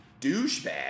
douchebag